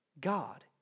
God